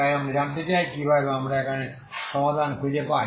তাই আমরা জানতে চাই কিভাবে আমরা এখানে সমাধান খুঁজে পাই